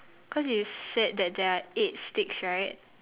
cause you said that there are eight sticks right